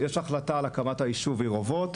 יש החלטה על הקמת הישוב עיר אורות,